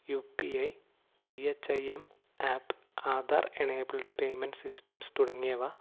U P I B H I M app Aadhaar enabled payment systems തുടങ്ങിയവ